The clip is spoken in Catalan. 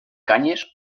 canyes